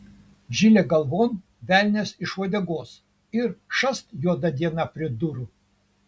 žilė galvon velnias iš uodegos ir šast juoda diena prie durų